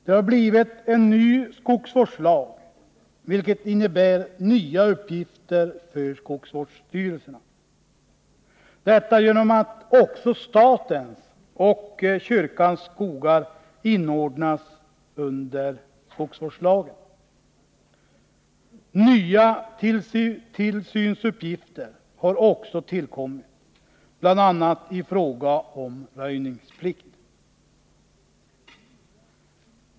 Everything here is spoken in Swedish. Vi har fått en ny skogsvårdslag, vilket innebär nya uppgifter för skogsvårdsstyrelserna, genom att också statens och kyrkans skogar inordnas under denna lag. Nya tillsynsuppgifter har också tillkommit, bl.a. i fråga om röjningsplikt.